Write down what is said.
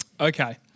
Okay